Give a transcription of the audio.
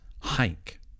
hike